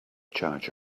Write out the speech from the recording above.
charge